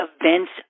events